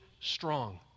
strong